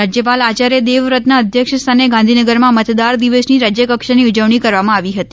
રાજ્યપાલ આયાર્ય દેવવ્રતના અધ્યક્ષસ્થાને ગાંધીનગરમાં મતદાર દિવસની રાજ્યકક્ષાની ઊ વણી કરવામાં આવી હતી